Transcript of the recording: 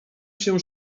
się